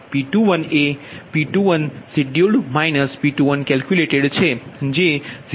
∆P21 એ P12 P12છે જે 0